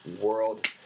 World